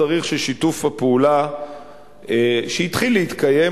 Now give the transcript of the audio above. צריך ששיתוף הפעולה שהתחיל להתקיים,